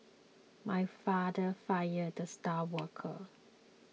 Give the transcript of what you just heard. my father fired the star worker